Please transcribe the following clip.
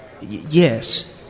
Yes